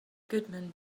goodman